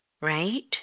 right